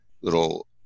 little